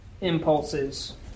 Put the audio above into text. impulses